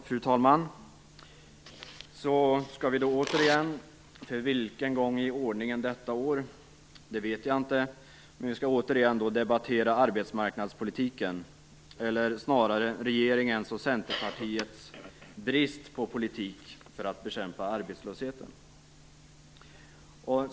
Fru talman! Så skall vi då återigen - för vilken gång i ordningen detta år vet jag inte - debattera arbetsmarknadspolitiken, eller snarare regeringens och Centerpartiets brist på politik för att bekämpa arbetslösheten.